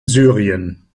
syrien